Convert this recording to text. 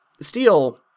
steel